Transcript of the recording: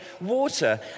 water